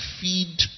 feed